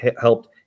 helped